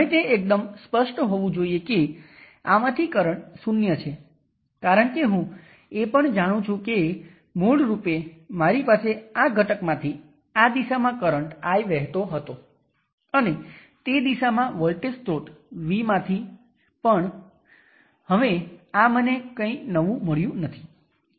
તેથી સૌપ્રથમ રેઝિસ્ટરમાં આ 10 વોલ્ટ તે દિશામાં 10 મિલિએમ્પનો કરંટ પેદા કરે છે અને આ Vx માઇનસ 10 વોલ્ટ છે